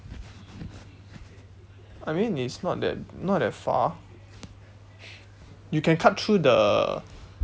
I mean it's not that not that far you can cut through the